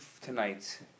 tonight